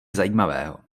zajímavého